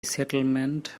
settlement